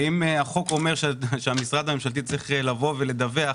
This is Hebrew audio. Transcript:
ואם החוק אומר שהמשרד הממשלתי צריך לבוא ולדווח,